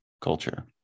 culture